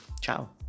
Ciao